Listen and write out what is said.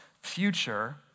future